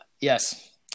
Yes